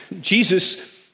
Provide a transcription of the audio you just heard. Jesus